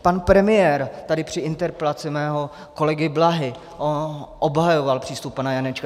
Pan premiér tady při interpelaci mého kolegy Blahy obhajoval přístup pana Janečka.